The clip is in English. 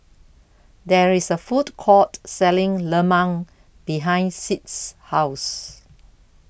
There IS A Food Court Selling Lemang behind Sid's House